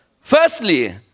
Firstly